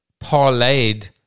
parlayed